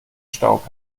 staub